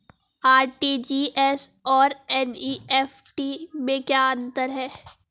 RTGS और NEFT में क्या अंतर है?